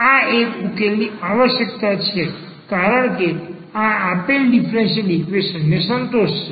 આ એક ઉકેલની આવશ્યકતા છે કારણ કે આ આપેલ ડીફરન્સીયલ ઈક્વેશન ને સંતોષશે